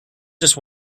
just